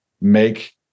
make